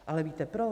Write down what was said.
Ale víte proč?